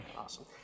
Awesome